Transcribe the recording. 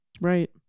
Right